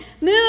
move